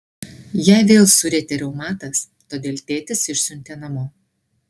ją vėl surietė reumatas todėl tėtis išsiuntė namo